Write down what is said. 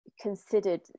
considered